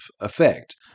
effect